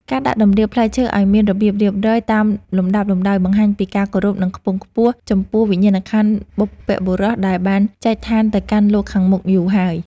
ការដាក់តម្រៀបផ្លែឈើឱ្យមានរបៀបរៀបរយតាមលំដាប់លំដោយបង្ហាញពីការគោរពដ៏ខ្ពង់ខ្ពស់ចំពោះវិញ្ញាណក្ខន្ធបុព្វបុរសដែលបានចែកឋានទៅកាន់លោកខាងមុខយូរហើយ។